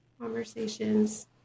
conversations